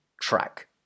track